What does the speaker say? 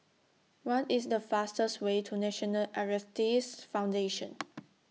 What IS The fastest Way to National Arthritis Foundation